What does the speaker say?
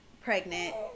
pregnant